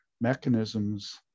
mechanisms